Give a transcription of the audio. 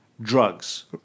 Drugs